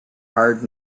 hard